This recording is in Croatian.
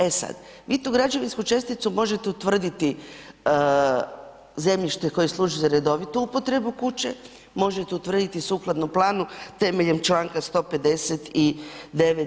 E sad, vi tu građevinsku česticu možete utvrditi zemljište koje služi za redovitu upotrebu kuće, možete utvrditi sukladnu planu temeljem čl. 159.